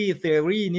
theory